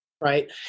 Right